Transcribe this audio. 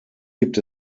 gibt